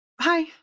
Hi